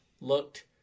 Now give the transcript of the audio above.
looked